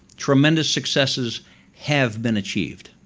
tremendous successes have been achieved.